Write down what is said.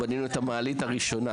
נכון, בנינו את המעלית הראשונה.